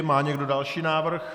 Má někdo další návrh?